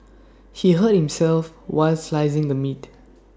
he hurt himself while slicing the meat